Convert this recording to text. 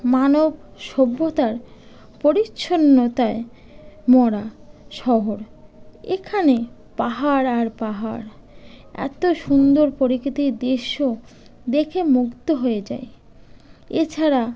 মানব সভ্যতার পরিচ্ছন্নতায় মরা শহর এখানে পাহাড় আর পাহাড় এত সুন্দর পরিচিতির দৃশ্য দেখে মুগ্ধ হয়ে যায় এছাড়া